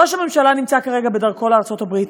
ראש הממשלה נמצא כרגע בדרכו לארצות-הברית.